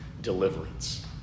deliverance